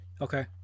Okay